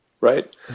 Right